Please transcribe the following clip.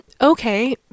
okay